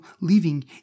leaving